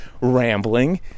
rambling